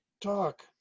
talk